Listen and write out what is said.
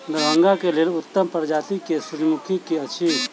दरभंगा केँ लेल उत्तम प्रजाति केँ सूर्यमुखी केँ अछि?